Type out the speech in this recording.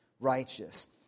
righteous